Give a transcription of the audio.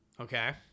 okay